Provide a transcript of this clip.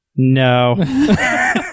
no